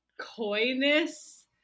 coyness